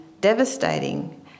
devastating